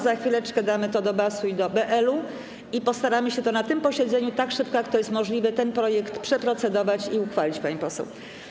Za chwileczkę damy to do BAS-u i BL-u i postaramy się na tym posiedzeniu, tak szybko, jak to jest możliwe, ten projekt przeprocedować i uchwalić, pani poseł.